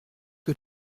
que